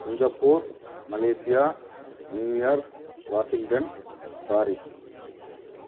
Singapore Malaysia New York Washington Paris